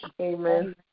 Amen